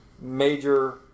major